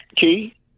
Key